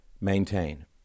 maintain